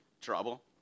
Trouble